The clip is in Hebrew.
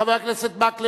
חבר הכנסת מקלב,